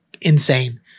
insane